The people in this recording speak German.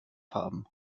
haben